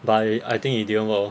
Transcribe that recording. by I think it didn't work lor